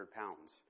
pounds